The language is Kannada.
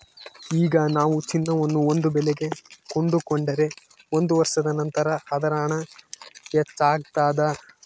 ಈಗ ನಾವು ಚಿನ್ನವನ್ನು ಒಂದು ಬೆಲೆಗೆ ಕೊಂಡುಕೊಂಡರೆ ಒಂದು ವರ್ಷದ ನಂತರ ಅದರ ಹಣ ಹೆಚ್ಚಾಗ್ತಾದ